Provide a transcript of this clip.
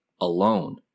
alone